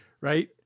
Right